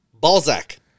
Balzac